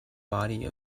body